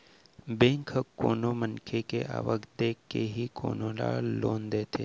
bank ह कोनो मनखे के आवक देखके ही कोनो ल लोन देथे